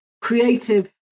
creative